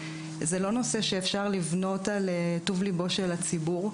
זה לא נושא שאפשר לבנות על טוב ליבו של הציבור,